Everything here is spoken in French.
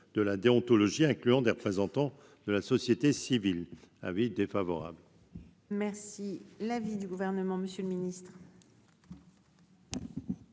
de la déontologie, incluant des représentants de la société civile avis défavorable. Merci l'avis du gouvernement, monsieur le ministre.